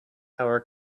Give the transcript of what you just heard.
our